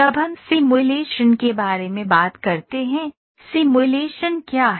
जब हम सिमुलेशन के बारे में बात करते हैं सिमुलेशन क्या है